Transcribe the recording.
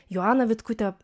joana vitkutė